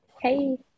Hey